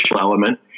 element